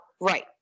Right